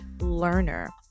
learner